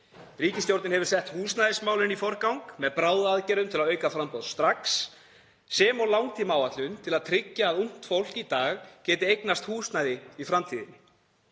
Ríkisstjórnin hefur sett húsnæðismálin í forgang með bráðaaðgerðum til að auka framboð strax sem og langtímaáætlun til að tryggja að ungt fólk í dag geti eignast húsnæði í framtíðinni.